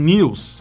News